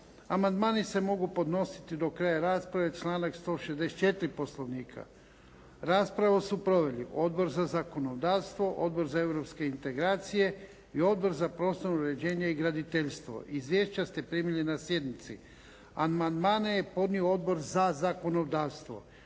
Amandmani se mogu podnositi do kraja rasprave, članak 164. Poslovnika. Raspravu su proveli Odbor za zakonodavstvo, Odbor za europske integracije i Odbor za prostorno uređenje i graditeljstvo. Izvješća ste primili na sjednici. Amandmane je podnio Odbor za zakonodavstvo.